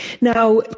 now